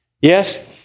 Yes